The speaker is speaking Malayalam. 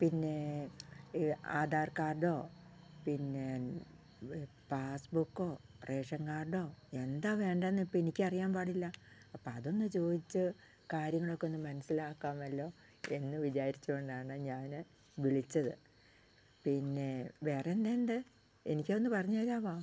പിന്നേ ആധാർ കാർഡോ പിന്നെ ഇത് പാസ്ബുക്കോ റേഷൻ കാർഡോ എന്താ വേണ്ടതെന്ന് ഇപ്പം എനിക്കറിയാൻ പാടില്ല അപ്പം അതൊന്ന് ചോദിച്ച് കാര്യങ്ങൾ ഒക്കെ ഒന്ന് മനസ്സിലാക്കാമല്ലോ എന്ന് വിചാരിച്ചുകൊണ്ടാണ് ഞാന് വിളിച്ചത് പിന്നെ വേറെന്തെന്ത് എനിക്കൊന്ന് പറഞ്ഞ് തരാമോ